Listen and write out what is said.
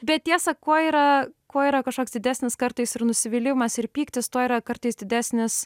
bet tiesa kuo yra kuo yra kažkoks didesnis kartais ir nusivylimas ir pyktis tuo yra kartais didesnis